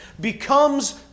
becomes